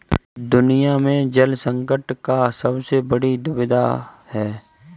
दुनिया में जल संकट का सबसे बड़ी दुविधा है